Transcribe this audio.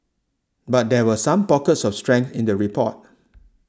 but there were some pockets of strength in the report